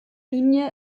linie